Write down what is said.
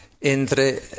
entre